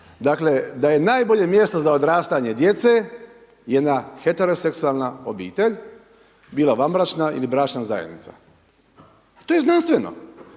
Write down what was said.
Dakle, da je najbolje mjesto za odrastanje djece jedna heteroseksualna obitelj, bila vanbračna ili bračna zajednica. To je znanstveno